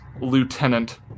lieutenant